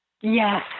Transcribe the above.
Yes